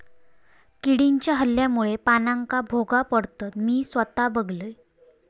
किडीच्या हल्ल्यामुळे पानांका भोका पडतत, मी स्वता बघलंय